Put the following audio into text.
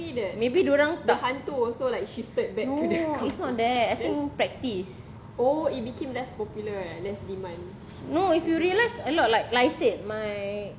maybe dia orang tak no it's not that practice no if you realise a lot like like I said my